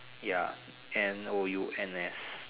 ya N O U N S